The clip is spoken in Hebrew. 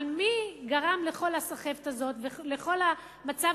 אבל מי גרם לכל הסחבת הזאת ולכל המצב